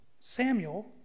Samuel